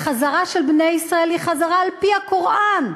החזרה של בני ישראל היא חזרה על-פי הקוראן.